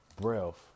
breath